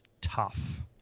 tough